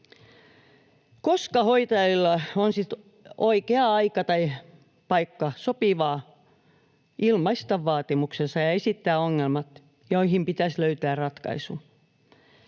Koska hoitajilla on sitten oikea aika tai paikka, sopivaa, ilmaista vaatimuksensa ja esittää ongelmat, joihin pitäisi löytää ratkaisu